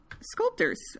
sculptors